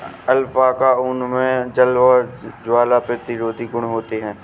alpaca ऊन मे जल और ज्वाला प्रतिरोधी गुण होते है